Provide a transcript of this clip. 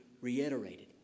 reiterated